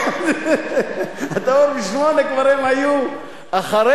אחרי, אתה רואה, ב-08:00 כבר הם היו אחרי.